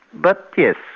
but yes,